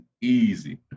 easy